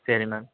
சரி மேம்